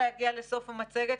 להגיע לסוף המצגת,